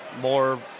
more